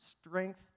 strength